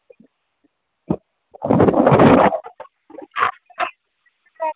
्